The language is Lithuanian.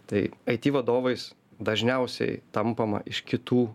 tai aiti vadovais dažniausiai tampama iš kitų